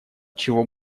чего